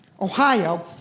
Ohio